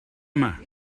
yma